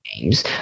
games